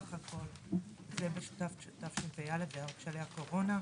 זה בתשפ"א, כשהיה קורונה,